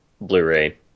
Blu-ray